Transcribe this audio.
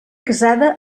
casada